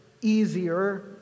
easier